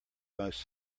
most